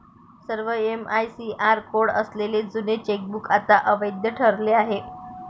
सर्व MICR code असलेले जुने चेकबुक आता अवैध ठरले आहे